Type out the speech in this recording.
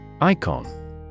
Icon